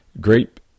grape